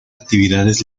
actividades